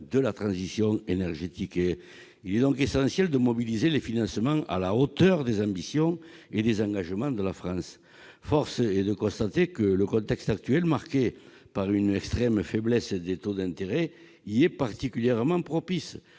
de la transition énergétique. Il est donc essentiel de mobiliser les financements à la hauteur des ambitions et des engagements de la France. Force est de constater que le contexte actuel, marqué par une extrême faiblesse des taux d'intérêt, y est particulièrement propice.